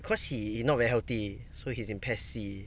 cause he not very healthy so he's in PES C